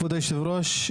כבוד היושב-ראש,